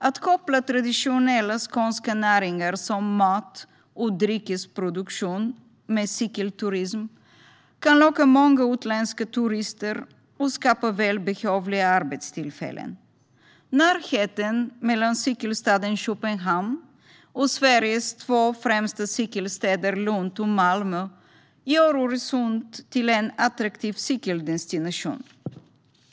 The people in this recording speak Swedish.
Att koppla traditionella skånska näringar som mat och dryckesproduktion till cykelturism kan locka många utländska turister och skapa välbehövliga arbetstillfällen. Närheten mellan cykelstaden Köpenhamn och Sveriges två främsta cykelstäder Lund och Malmö gör Öresund till en attraktiv cykeldestination.